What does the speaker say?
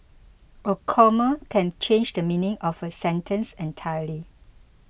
a comma can change the meaning of a sentence entirely